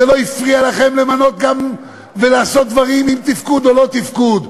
זה לא הפריע לכם למנות גם ולעשות דברים עם תפקוד או לא תפקוד.